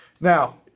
Now